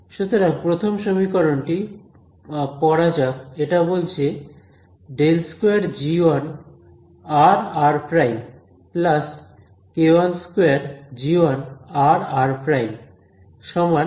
সুতরাং প্রথম সমীকরণটি পড়া যাক এটা বলছে ∇2g1r r′ k12g1r r′ − δr − r′